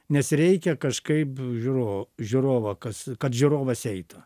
nes reikia kažkaip žiūro žiūrovą kas kad žiūrovas eitų